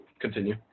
continue